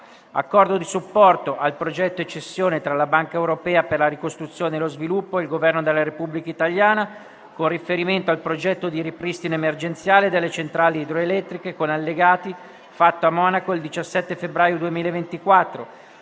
Accordo di supporto al progetto e cessione tra la Banca europea per la ricostruzione e lo sviluppo e il Governo della Repubblica italiana, con riferimento al progetto di ripristino emergenziale delle centrali idroelettriche, con Allegati, fatto a Monaco il 17 febbraio 2024;